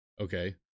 okay